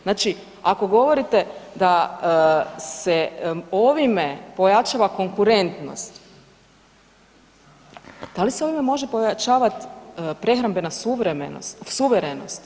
Znači, ako govorite da se ovime ojačava konkurentnost, da li se ovime može pojačavat prehrambena suverenost?